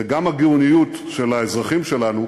זה גם הגאוניות של האזרחים שלנו,